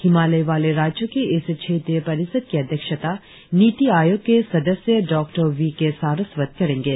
हिमालय वाले राज्यों की इस क्षेत्रीय परिषद की अध्यक्षता नीति आयोग के सदस्य डॉ वी के सारस्वत करेंगे